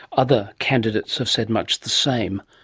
other candidates have said much the same.